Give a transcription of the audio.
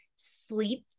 Sleep